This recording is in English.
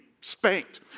spanked